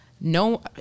no